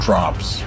Drops